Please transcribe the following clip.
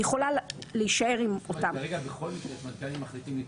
היא יכול להישאר עם אותם -- זאת אומרת שאם כרגע מחליטים לדחות,